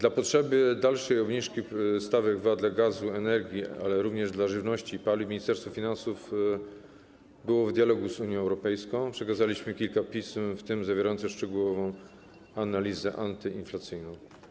Na potrzeby dalszej obniżki stawek VAT dla gazu, energii, ale również dla żywności i paliw Ministerstwo Finansów było w dialogu z Unią Europejską, przekazaliśmy kilka pism, w tym pismo zawierające szczegółową analizę antyinflacyjną.